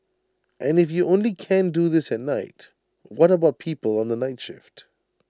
and if you only can do this at night what about people on the night shift